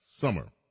summer